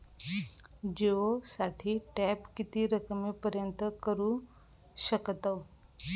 जिओ साठी टॉप किती रकमेपर्यंत करू शकतव?